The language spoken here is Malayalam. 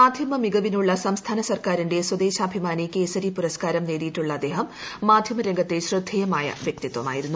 മാധ്യമ മികവിനുള്ള സംസ്ഥാന സർക്കാരിന്റെ സ്വദേശാഭിമാനി കേസരി പുരസ്ക്കാരം നേടിയിട്ടുള്ള അദ്ദേഹം മാധ്യമ രംഗത്തെ ശ്രദ്ധേയമായ വ്യക്തിത്വമായിരുന്നു